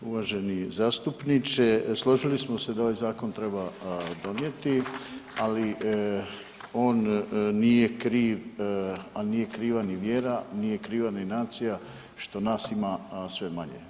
Uvaženi zastupniče, složili smo se da ovaj zakon treba donijeti, ali on nije kriv, a nije kriva ni vjera, nije kriva ni nacija što nas ima sve manje.